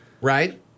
right